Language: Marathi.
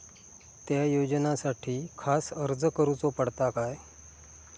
त्या योजनासाठी खास अर्ज करूचो पडता काय?